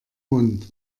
mund